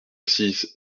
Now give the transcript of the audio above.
six